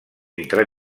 entre